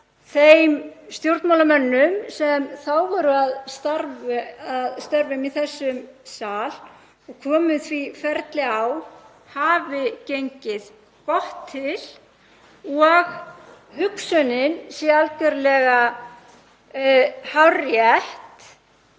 þeim stjórnmálamönnum sem þá voru að störfum í þessum sal og komu því ferli á hafi gengið gott til og hugsunin sé algerlega hárrétt,